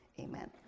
amen